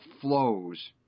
flows